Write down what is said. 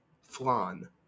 Flan